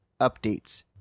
Updates